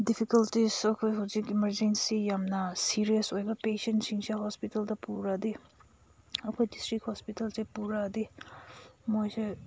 difficulties ꯑꯩꯈꯣꯏ ꯍꯧꯖꯤꯛ emergency ꯌꯥꯝꯅ ꯁꯤꯔꯤꯌꯁ ꯑꯣꯏꯕ ꯄꯦꯁꯦꯟꯁꯤꯡꯁꯦ ꯍꯣꯁꯄꯤꯇꯥꯜꯗ ꯄꯨꯔꯗꯤ ꯑꯩꯈꯣꯏ ꯗꯤꯁꯇ꯭ꯔꯤꯛ ꯍꯣꯁꯄꯤꯇꯥꯜꯁꯦ ꯄꯨꯔꯛꯑꯗꯤ ꯃꯣꯏꯁꯦ